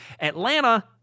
Atlanta